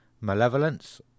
Malevolence